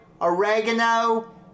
oregano